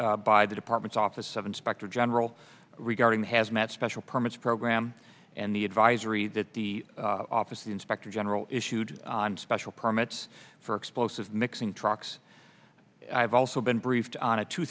briefed by the department's office of inspector general regarding the hazmat special permits program and the advisory that the office the inspector general issued on special permits for explosive mixing trucks i've also been briefed on a two